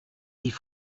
die